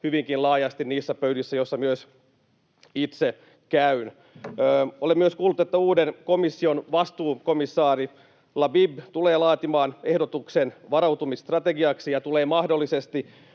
hyvinkin laajasti niissä pöydissä, joissa myös itse käyn. Olen myös kuullut, että uuden komission vastuukomissaari Lahbib tulee laatimaan ehdotuksen varautumisstrategiaksi ja tulee mahdollisesti